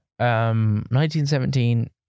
1917